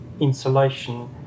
insulation